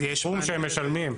ויש סכום שהם משלמים.